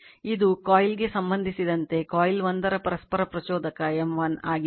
ಇದು ಕಾಯಿಲ್ ಗೆ ಸಂಬಂಧಿಸಿದಂತೆ ಕಾಯಿಲ್ 1 ರ ಪರಸ್ಪರ ಪ್ರಚೋದಕ M 1 ಆಗಿದೆ